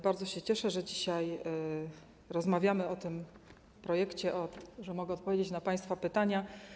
Bardzo się cieszę, że dzisiaj rozmawiamy o tym projekcie, że mogę odpowiedzieć na państwa pytania.